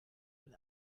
den